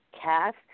cast